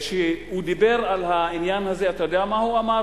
וכשהוא דיבר על העניין הזה, אתה יודע מה הוא אמר?